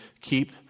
keep